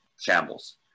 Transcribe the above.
shambles